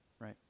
right